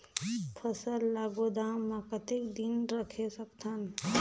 फसल ला गोदाम मां कतेक दिन रखे सकथन?